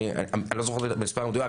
אני לא זוכר את המספר המדויק,